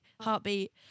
heartbeat